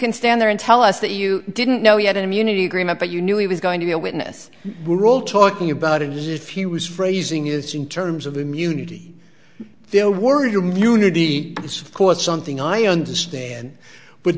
can stand there and tell us that you didn't know he had an immunity agreement but you knew he was going to be a witness we're all talking about it if he was phrasing is in terms of immunity there were you munity of course something i understand with